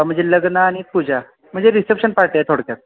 म्हणजे लग्न आणि पूजा म्हणजे रिसेप्शन पार्टी आहे थोडक्यात